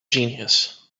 genius